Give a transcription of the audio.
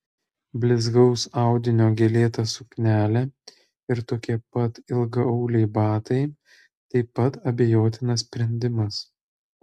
blizgaus audinio gėlėta suknelė ir tokie pat ilgaauliai batai taip pat abejotinas sprendimas